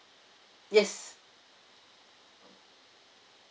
yes